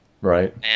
Right